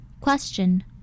Question